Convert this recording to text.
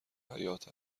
حیات